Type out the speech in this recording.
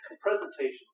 Presentations